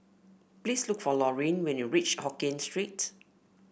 please look for Laurene when you reach Hokkien Street